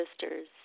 sisters